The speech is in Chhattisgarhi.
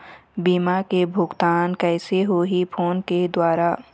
बीमा के भुगतान कइसे होही फ़ोन के द्वारा?